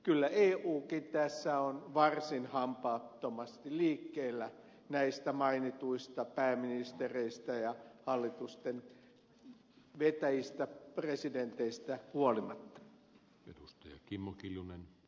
kyllä eukin tässä on varsin hampaattomasti liikkeellä näistä mainituista pääministereistä ja hallitusten vetäjistä presidenteistä huolimatta